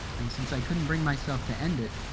and since i couldn't bring myself to end it,